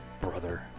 brother